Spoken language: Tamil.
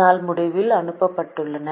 நாள் முடிவில் அனுப்பப்பட்டன